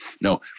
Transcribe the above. No